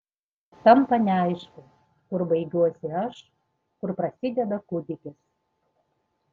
tampa neaišku kur baigiuosi aš kur prasideda kūdikis